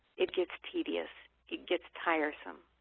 it gets tedious. it gets tiresome.